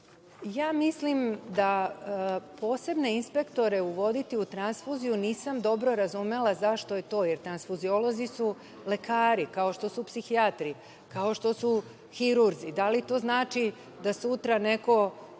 Mislim da posebne inspektore uvoditi u transfuziju, nisam dobro razumela zašto je to, jer transfuziolozi su lekari, kao što su psihijatri, kao što su hirurzi. Da li to znači, da sutra treba